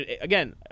again